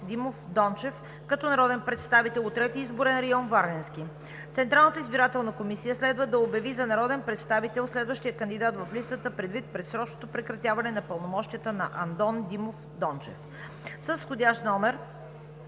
Димов Дончев като народен представител от Трети изборен район – Варненски. Централната избирателна комисия следва да обяви за народен представител следващия кандидат в листата предвид предсрочното прекратяване пълномощията на Андон Димов Дончев. С входящ №